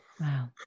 Wow